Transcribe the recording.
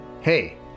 Hey